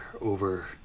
over